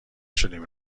شدیم